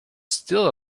still